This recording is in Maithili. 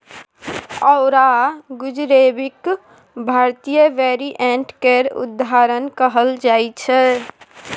औरा गुजबेरीक भारतीय वेरिएंट केर उदाहरण कहल जाइ छै